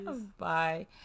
Bye